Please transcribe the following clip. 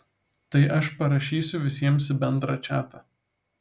tai aš parašysiu visiems į bendrą čatą